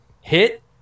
hit